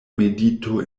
medito